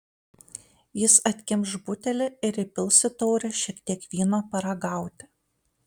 jis atkimš butelį ir įpils į taurę šiek tiek vyno paragauti